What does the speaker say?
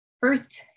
first